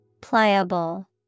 Pliable